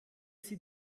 sie